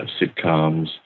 sitcoms